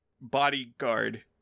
Bodyguard